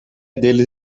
deles